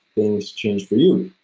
things change for you,